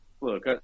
look